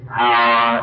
power